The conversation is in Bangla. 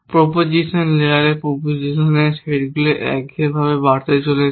প্রোপোজিশন লেয়ারে প্রোপোজিশনের সেটগুলি একঘেয়েভাবে বাড়তে চলেছে